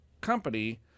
company